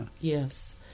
Yes